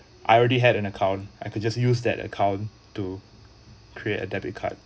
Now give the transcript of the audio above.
I already had an account I could just use that account to create a debit card